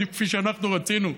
כפי שאנחנו רצינו ב-1948.